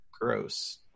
gross